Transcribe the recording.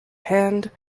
hand